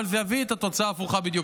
אבל זה יביא את התוצאה ההפוכה בדיוק.